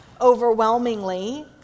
overwhelmingly